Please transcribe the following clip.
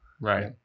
Right